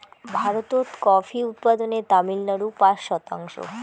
ভারতত কফি উৎপাদনে তামিলনাড়ু পাঁচ শতাংশ